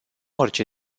orice